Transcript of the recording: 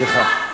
סליחה.